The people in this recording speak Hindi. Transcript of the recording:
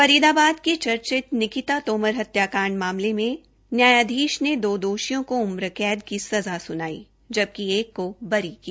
फरीदाबाद के चर्चित निकिता तोमर हत्याकांड मामले में न्यायधीश ने दो दोषियों को उम्र कैद की सज़ा सुनाई जबकि एक को बरी किया